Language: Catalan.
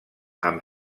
amb